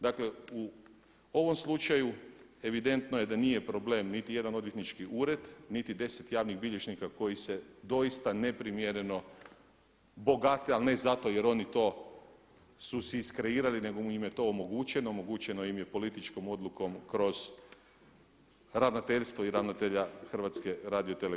Dakle u ovom slučaju evidentno je da nije problem niti jedan odvjetnički ured, niti deset javnih bilježnika koji se doista neprimjereno bogatiji ali ne zato jer oni to su si iskreirali nego im je to omogućeno, omogućeno im je političkom odlukom kroz ravnateljstvo i ravnatelja HRT-a.